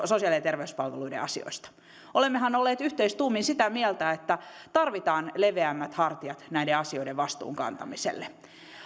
sosiaali ja terveyspalveluiden asioista olemmehan olleet yhteistuumin sitä mieltä että tarvitaan leveämmät hartiat näiden asioiden vastuun kantamiselle